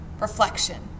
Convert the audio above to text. reflection